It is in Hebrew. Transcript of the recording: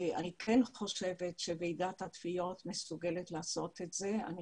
אני כן חושבת שוועידת התביעות מסוגלת לעשות את זה ואני